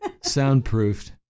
soundproofed